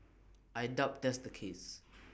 I doubt that's the case